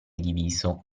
diviso